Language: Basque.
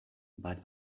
bat